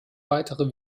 weitere